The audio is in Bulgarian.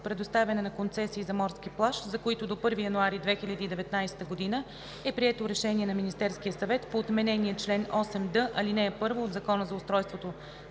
предоставяне на концесии за морски плаж, за които до 1 януари 2019 г. е прието решение на Министерския съвет по отменения чл. 8д, ал. 1 от Закона за устройството